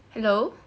hello